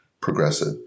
progressive